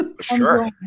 sure